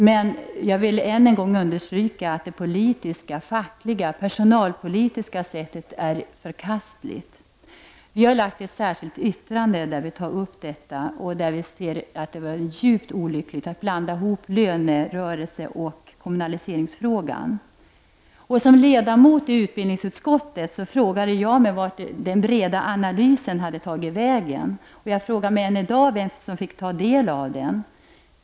Men jag vill än en gång understryka att det politiska, fackliga och personalpolitiska sättet är förkastligt. Vi har fogat ett särskilt yttrande till betänkandet där vi tar upp detta. Vi anför där att det var djupt olyckligt att lönefrågan blandades ihop med kommunaliseringsfrågan. Som ledamot i utbildningsutskottet frågade jag vart den breda analysen hade tagit vägen. Jag undrar än i dag vem som fick ta del av den.